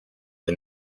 the